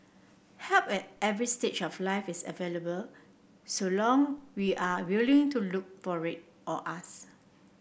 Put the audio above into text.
help at every stage of life is available so long we are willing to look for it or ask